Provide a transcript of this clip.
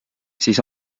siis